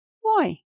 Why